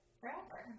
forever